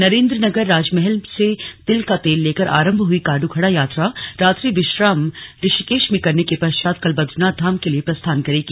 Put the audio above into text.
नरेंद्र नगर राजमहल से तिल का तेल लेकर आरंभ हुई गाडू घड़ा यात्रा रात्रि विश्राम ऋषिकेश में करने के पश्चात कल बदरीनाथ धाम के लिए प्रस्थान करेगी